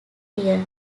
year